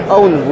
own